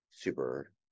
super